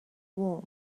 warm